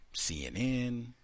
CNN